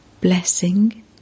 Blessing